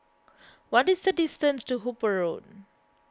what is the distance to Hooper Road